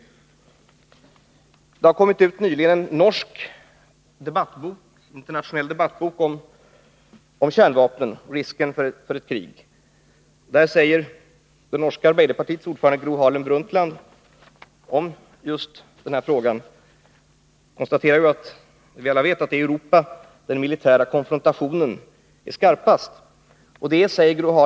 I Norge har nyligen utgivits en internationell debattbok om kärnvapen och risken för ett krig. Det norska arbeiderpartiets ordförande Gro Harlem Brundtland konstaterar där att den militära konfrontationen är skarpast i Europa.